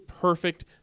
perfect